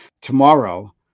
tomorrow